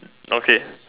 okay